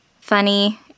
funny